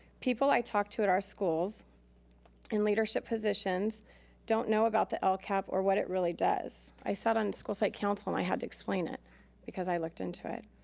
people i talk to at our schools in leadership positions don't know about the lcap or what it really does. i sat it on school site council and i had to explain it because i looked into it.